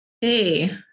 Hey